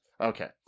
okay